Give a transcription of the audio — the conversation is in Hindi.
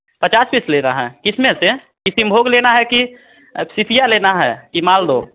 पचास पीस ले रहा है किसमें से किसिम भोग लेना है कि सीपिया लेना है कि मालदो